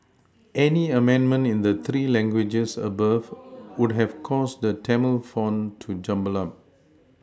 any amendment in the three languages above would have caused the Tamil font to jumble up